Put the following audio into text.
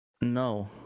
No